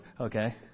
okay